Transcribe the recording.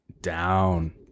down